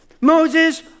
Moses